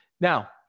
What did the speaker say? Now